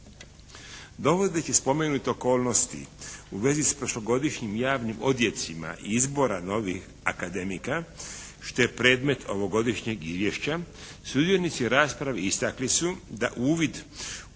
Dovodeći spomenute okolnosti u vezi s prošlogodišnjim javnim odjecima izbora novih akademika, što je predmet ovogodišnjeg izvješća, sudionici rasprave istakli su da uvid u